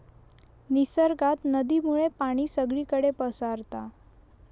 निसर्गात नदीमुळे पाणी सगळीकडे पसारता